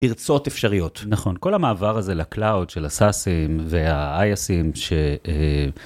פרצות אפשריות. נכון, כל המעבר הזה לקלאוד של הסאסים והאייסים, ש...